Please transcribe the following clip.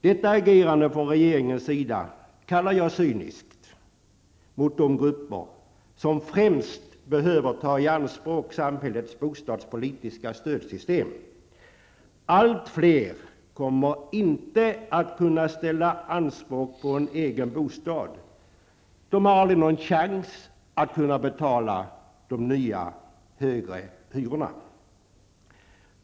Detta agerande från regeringens sida kallar jag cyniskt mot de grupper som främst behöver ta i anspråk samhällets bostadspolitiska stödsystem. Allt fler kommer att inte kunna ställa anspråk på en egen bostad. De har aldrig någon chans att betala de nya högre hyrorna.